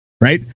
right